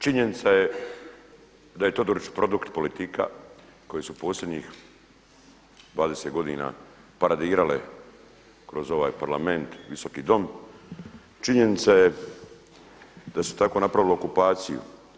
Činjenica je da je Todorić produkt politika koji su posljednjih 20 godina paradirale kroz ovaj Parlament, Visoki dom, činjenica je da su tako napravili okupaciju.